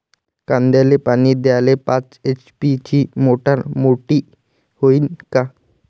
कांद्याले पानी द्याले पाच एच.पी ची मोटार मोटी व्हईन का?